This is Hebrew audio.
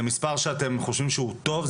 זה מספר שאתם חושבים שהוא טוב?